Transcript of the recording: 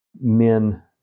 men